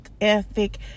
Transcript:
ethic